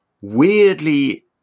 weirdly